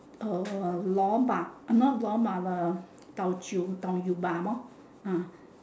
uh lor bak not lor bak the tau chiu tau yew bak lor